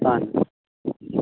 اَہَن